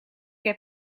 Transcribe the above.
heb